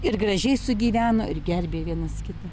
ir gražiai sugyveno ir gerbė vienas kitą